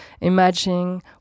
imagine